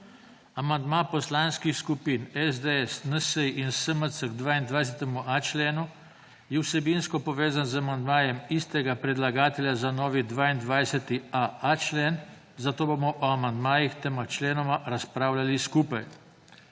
Amandma poslanskih skupin SDS, NSi in SMC k 22.a členu je vsebinsko povezan z amandmajem istega predlagatelja za novi 22.aa člen, zato bomo o amandmajih k tema členoma razpravljali skupaj.